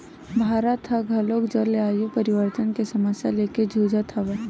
भारत ह घलोक जलवायु परिवर्तन के समस्या लेके जुझत हवय